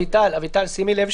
אביטל, שימי לב.